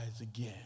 again